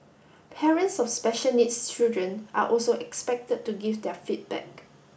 parents of special needs children are also expected to give their feedback